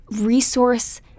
resource